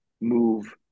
move